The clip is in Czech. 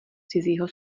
cizího